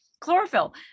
chlorophyll